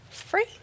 free